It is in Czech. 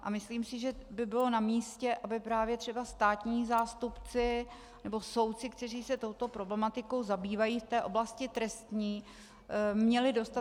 A myslím si, že by bylo namístě, aby právě třeba státní zástupci nebo soudci, kteří se touto problematikou zabývají v oblasti trestní, měli dostatek informací.